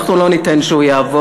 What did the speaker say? אנחנו לא ניתן שהוא יעבור,